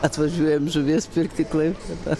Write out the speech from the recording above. atvažiuojam žuvies pirkti į klaipdėdą